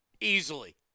Easily